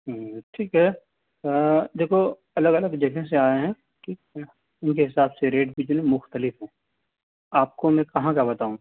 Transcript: ہاں ٹھیک ہے دیکھو الگ الگ جگہ سے آئے ہیں ٹھیک ہے ان کے حساب سے ریٹ بھی جو ہے مختلف ہیں آپ کو میں کہاں کا بتاؤں